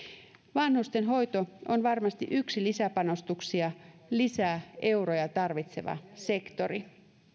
vanhustenhoito on varmasti yksi lisäpanostuksia lisää euroja tarvitseva sektori